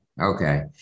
okay